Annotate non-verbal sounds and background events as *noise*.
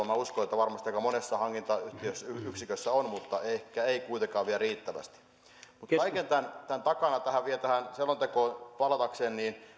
*unintelligible* minä uskon että tätä ajattelua varmasti aika monessa hankintayksikössä on mutta ehkä ei kuitenkaan vielä riittävästi mutta kaiken tämän takana on vielä tähän selontekoon palatakseni